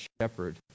shepherd